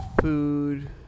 food